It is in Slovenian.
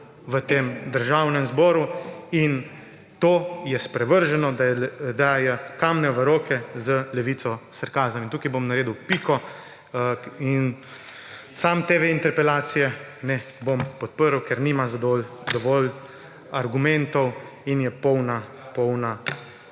v tem državnem zboru in to je sprevrženo, da je »kamne v roke« za Levico sarkazem: in tukaj bom naredil piko. Sam te interpelacije ne bom podprl, ker nima dovolj argumentov in je polna